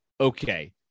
okay